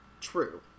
true